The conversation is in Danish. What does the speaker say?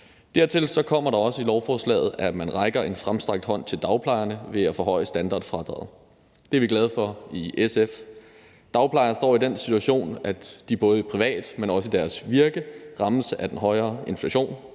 Dertil rækker man i lovforslaget også en fremstrakt hånd til dagplejerne ved at forhøje standardfradraget. Det er vi glade for i SF. Dagplejerne står i den situation, at de både privat, men også i deres virke rammes af den høje inflation.